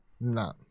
no